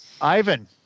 Ivan